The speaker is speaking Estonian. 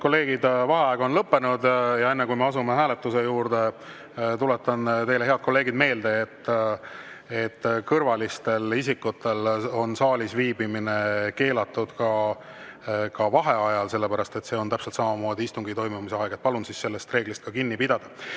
kõrvalistel isikutel on saalis viibimine keelatud ka vaheajal, sellepärast et see on täpselt samamoodi istungi toimumise aeg. Palun sellest reeglist kinni pidada.